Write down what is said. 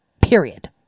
period